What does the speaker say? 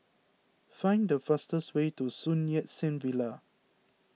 find the fastest way to Sun Yat Sen Villa